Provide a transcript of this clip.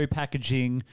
packaging